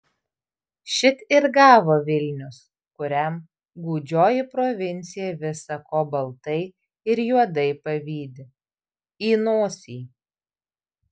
šit ir gavo vilnius kuriam gūdžioji provincija visa ko baltai ir juodai pavydi į nosį